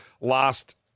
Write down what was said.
last